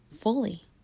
Fully